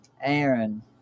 Aaron